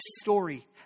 story